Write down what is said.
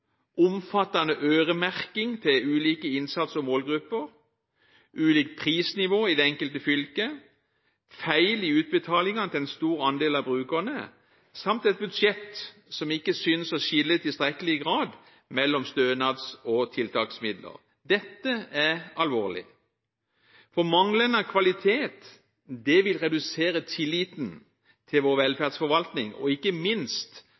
omfattende øremerking til ulike innsats- og målgrupper, ulikt prisnivå i det enkelte fylke, feil i utbetalingene til en stor andel av brukerne samt et budsjett som ikke synes å skille i tilstrekkelig grad mellom stønads- og tiltaksmidler. Dette er alvorlig, for manglende kvalitet vil redusere tilliten til vår velferdsforvaltning og ikke minst